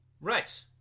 right